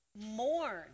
mourn